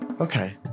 Okay